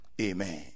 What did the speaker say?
Amen